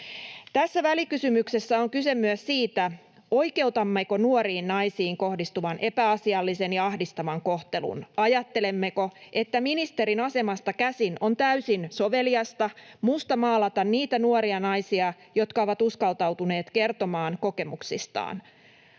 Tässä välikysymyksessä on kyse myös siitä, oikeutammeko nuoriin naisiin kohdistuvan epäasiallisen ja ahdistavan kohtelun. Ajattelemmeko, että ministerin asemasta käsin on täysin soveliasta mustamaalata niitä nuoria naisia, jotka ovat uskaltautuneet kertomaan kokemuksistaan?